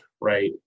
Right